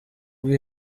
ndwi